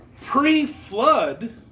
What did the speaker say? pre-flood